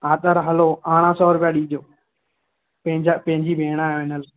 हा त हलो अरड़हं सौ रुपिया ॾिजो पंहिंजा पंहिंजी भेण आहियो हिन लाइ